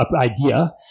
idea